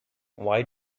why